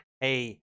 hey